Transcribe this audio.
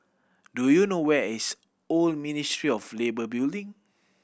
do you know where is Old Ministry of Labour Building